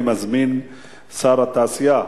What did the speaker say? אני מזמין את שר התעשייה,